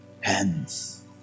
hands